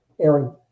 Aaron